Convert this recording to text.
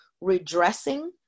redressing